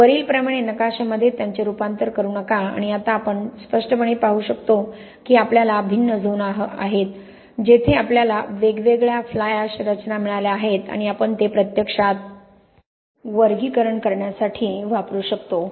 वरीलप्रमाणे नकाशामध्ये त्याचे रूपांतर करू नका आणि आता आपण स्पष्टपणे पाहू शकतो की आपल्याला भिन्न झोन आहेत जिथे आपल्याला वेगवेगळ्या फ्लाय अॅश रचना मिळाल्या आहेत आणि आपण ते प्रत्यक्षात वर्गीकरण करण्यासाठी वापरू शकतो